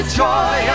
joy